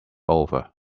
over